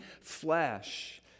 flesh